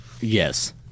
Yes